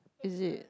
is it